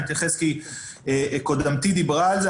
אני מתייחס כי קודמתי דיברה על זה.